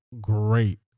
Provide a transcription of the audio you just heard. great